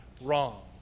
wrong